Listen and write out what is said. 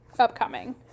Upcoming